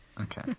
Okay